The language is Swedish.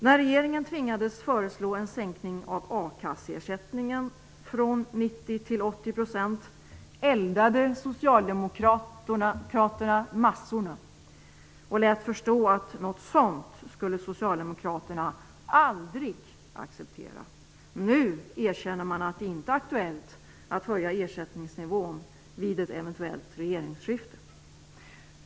När regeringen tvingades föreslå en sänkning av a-kasseersättningen från 90 till 80 % eldade Socialdemokraterna massorna och lät förstå att något sådant skulle Socialdemokraterna aldrig acceptera. Nu erkänner man att det inte är aktuellt att höja ersättningsnivån vid ett eventuellt regeringsskifte.